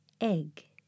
Egg